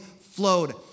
flowed